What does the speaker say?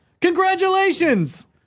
Congratulations